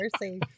mercy